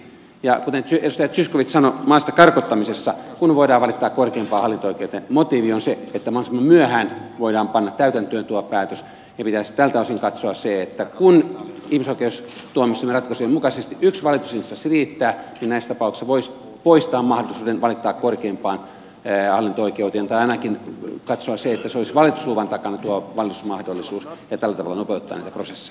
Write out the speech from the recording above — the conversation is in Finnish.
ja kuten edustaja zyskowicz sanoi kun maasta karkottamisessa voidaan valittaa korkeimpaan hallinto oikeuteen motiivi on se että mahdollisimman myöhään voidaan panna täytäntöön tuo päätös ja pitäisi tältä osin katsoa se että kun ihmisoikeustuomioistuimen ratkaisujen mukaisesti yksi valitusinstanssi riittää niin näissä tapauksissa voisi poistaa mahdollisuuden valittaa korkeimpaan hallinto oikeuteen tai ainakin katsoa että tuo valitusmahdollisuus olisi valitusluvan takana ja tällä tavalla nopeuttaa niitä prosesseja